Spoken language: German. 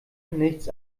nichts